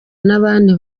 n’abandi